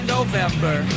November